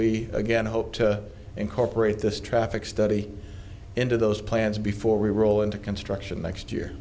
we again hope to incorporate this traffic study into those plans before we roll into construction next year